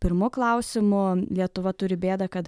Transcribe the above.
pirmu klausimu lietuva turi bėdą kad